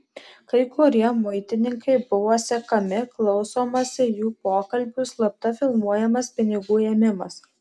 kai kurie muitininkai buvo sekami klausomasi jų pokalbių slapta filmuojamas pinigų ėmimas